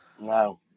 No